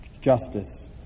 justice